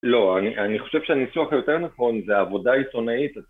לא, אני-אני חושב שהניסוח היותר נכון, זה עבודה עיתונאית א-